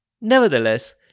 Nevertheless